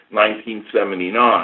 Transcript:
1979